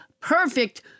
perfect